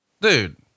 Dude